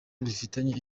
bifitanye